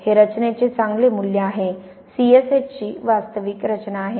हे रचनेचे चांगले मूल्य आहे सी एस एच ची वास्तविक रचना आहे